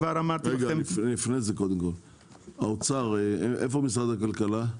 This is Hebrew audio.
לפני זה, איפה נציג משרד הכלכלה?